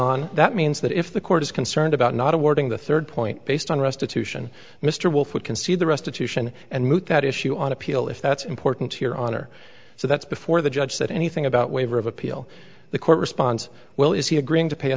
on that means that if the court is concerned about not awarding the third point based on restitution mr wolf would concede the restitution and moot that issue on appeal if that's important to your honor so that's before the judge said anything about waiver of appeal the court responds well is he agreeing to pay a